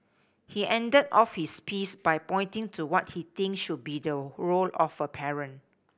he ended off his piece by pointing to what he think should be the role of a parent